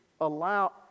allow